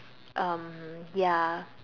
um ya